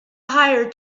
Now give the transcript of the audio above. hire